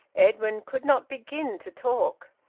edwin could not begin to talk.